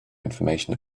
information